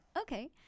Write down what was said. Okay